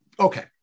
Okay